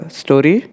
story